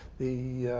the